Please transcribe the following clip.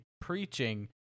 preaching